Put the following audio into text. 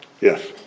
Yes